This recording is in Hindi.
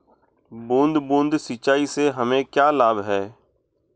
बूंद बूंद सिंचाई से हमें क्या लाभ है?